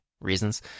reasons